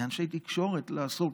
מאנשי תקשורת: לעסוק